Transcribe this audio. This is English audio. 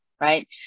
right